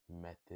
method